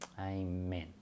amen